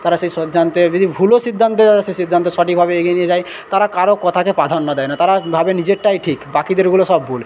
তারা সেই সিদ্ধান্তে যদি ভুলও সিদ্ধান্ত সে সিদ্ধান্ত সঠিকভাবে এগিয়ে নিয়ে যায় তারা কারও কথাকে প্রাধান্য দেয় না তারা ভাবে নিজেরটাই ঠিক বাকিদেরগুলো সব ভুল